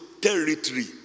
territory